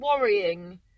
worrying